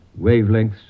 wavelengths